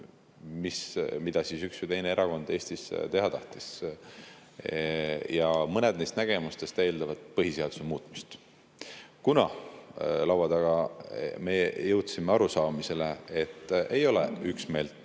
mida üks või teine erakond Eestis teha tahtis. Mõned neist nägemustest eeldavad põhiseaduse muutmist. Kuna laua taga me jõudsime arusaamisele, et ei ole üksmeelt